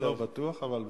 אני לא בטוח, אבל בסדר.